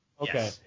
Okay